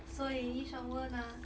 所以一声我拿